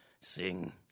sing